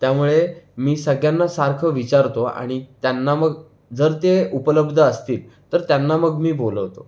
त्यामुळे मी सगळ्यांना सारखं विचारतो आणि त्यांना मग जर ते उपलब्ध असतील तर त्यांना मग मी बोलवतो